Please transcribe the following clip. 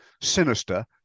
sinister